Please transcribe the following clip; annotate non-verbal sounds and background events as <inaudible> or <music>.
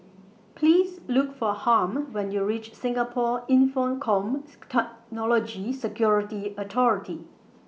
Please Look For Harm when YOU REACH Singapore Infocomm <unintelligible> Security Authority